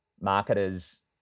marketers